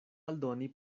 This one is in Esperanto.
aldoni